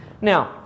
Now